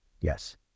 Yes